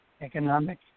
economic